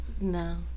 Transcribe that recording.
No